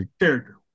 Character